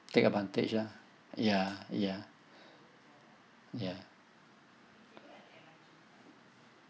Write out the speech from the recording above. take advantage lah ya ya ya